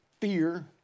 fear